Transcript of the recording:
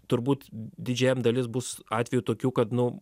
turbūt didžiajam dalis bus atvejų tokių kad nu